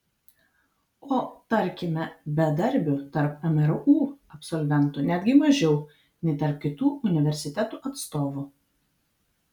o tarkime bedarbių tarp mru absolventų netgi mažiau nei tarp kitų universitetų atstovų